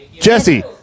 Jesse